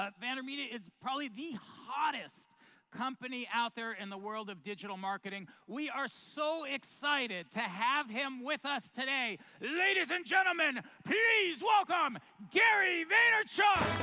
ah vaynermedia, is probably the hottest company out there in the world of digital marketing. we are so excited to have him with us today, ladies and gentlemen, please welcome gary vaynerchuk.